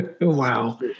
Wow